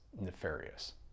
nefarious